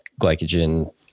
glycogen